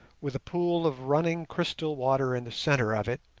with a pool of running crystal water in the centre of it,